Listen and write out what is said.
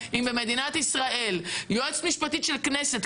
אם במדינת ישראל יועצת משפטית של הכנסת,